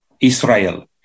Israel